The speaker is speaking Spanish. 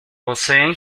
poseen